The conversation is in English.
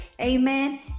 Amen